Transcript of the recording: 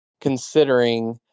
considering